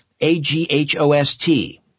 A-G-H-O-S-T